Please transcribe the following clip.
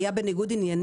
בגלל שלא העבירו בזמן,